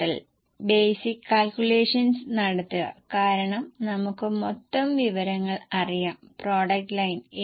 ഇത് ഇപ്പോൾ അവസാനത്തെ ഒരു പാരാ ആയിരുന്നു ഈ വിവരങ്ങൾ ഉപയോഗിച്ച് നമുക്ക് 15 ആശാവഹവും അശുഭാപ്തിവിശ്വാസവും ഉള്ള പ്രൊജക്ഷൻ നടത്തേണ്ടി വരും